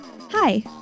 Hi